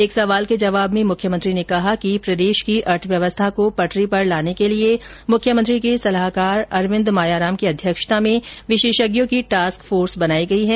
एक सवाल के जवाब में मुख्यमंत्री ने कहा कि राजस्थान की अर्थव्यवस्था को पटरी पर लाने के लिए मुख्यमंत्री के सलाहकार अवविंद मायाराम की अध्यक्षता में विशेषज्ञों की टास्क फोर्स बनाई गई है